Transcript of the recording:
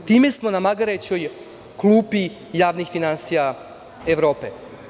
Time smo na magarećoj klupi javnih finansija Evrope.